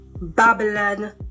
Babylon